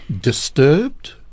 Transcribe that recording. disturbed